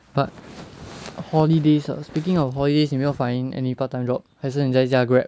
but holidays ah speaking of holidays 你有没有 find any part time job 还是你在驾 Grab